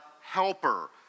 helper